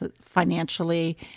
financially